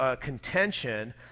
contention